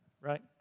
right